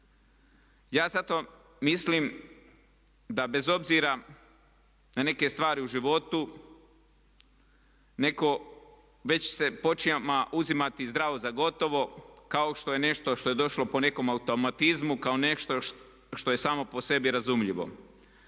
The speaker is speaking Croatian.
Ja zato mislim da bez obzira na neke stvari u životu nekako već se počinje uzimati zdravo za gotovo kao što je nešto što je došlo po nekom automatizmu, kao nešto što je samo po sebi razumljivo.